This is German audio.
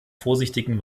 vorsichtigen